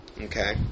Okay